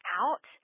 out